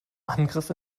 angriff